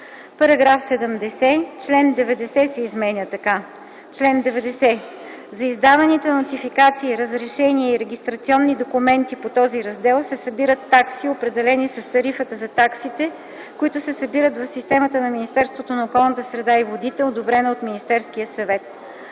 т. 4.” § 70. Член 90 се изменя така: „Чл. 90. За издаваните нотификации, разрешения и регистрационни документи по този раздел се събират такси, определени с Тарифата на таксите, които се събират в системата на Министерството на околната среда и водите, одобрена от Министерския съвет.”